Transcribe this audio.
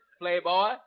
playboy